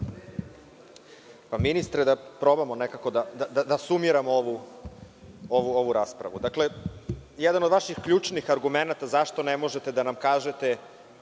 Ministre, da probamo nekako da sumiramo ovu raspravu. Dakle, jedan od vaših ključnih argumenata zašto ne možete da nam kažete